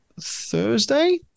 Thursday